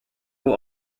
will